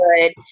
good